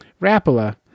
Rapala